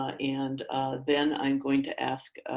and then i'm going to ask